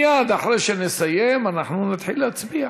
מייד אחרי שנסיים אנחנו נתחיל להצביע.